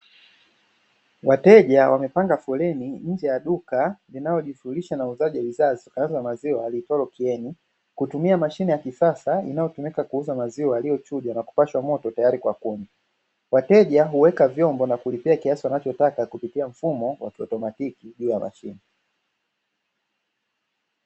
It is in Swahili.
Wateja wamepanga foleni nnje ya duka inayohusika na kuuza bidhaa zitokanazo na maziwa liitwalo ''kieni'' kutumia mashine ya kisasa yanayotumika kuuza maziwa yaliyochujwa na kupashwa moto tayari kwa kunywa, wateja huweka vyombo na kulipia kiasi wanachotaka kupitia mfumo wa kielektroniki juu ya mashine.